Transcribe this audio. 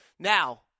Now